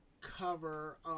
cover